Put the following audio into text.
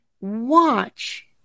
watch